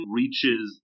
reaches